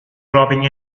dropping